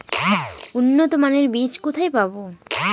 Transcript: উন্নতমানের বীজ কোথায় পাব?